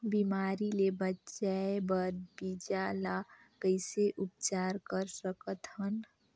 बिमारी ले बचाय बर बीजा ल कइसे उपचार कर सकत हन?